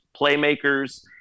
playmakers